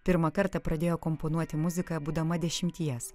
pirmą kartą pradėjo komponuoti muziką būdama dešimties